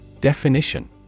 Definition